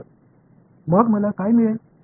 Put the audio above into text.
तर मग मला काय मिळेल